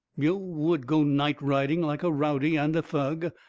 yo' would go nightriding like a rowdy and a thug!